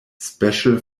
special